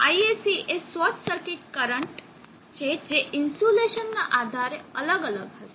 ISC એ short circuit current છે જે ઇન્સ્યુલેશનના આધારે અલગ અલગ હશે